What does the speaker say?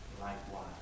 likewise